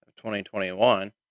2021